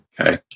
Okay